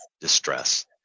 distress